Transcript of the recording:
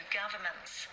governments